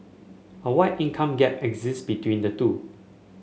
a wide income gap exist between the two